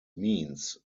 means